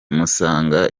musanga